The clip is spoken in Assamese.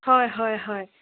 হয় হয় হয়